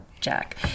Jack